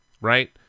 right